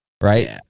right